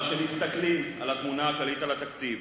אבל כשמסתכלים על התמונה הכללית, על התקציב,